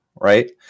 Right